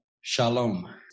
shalom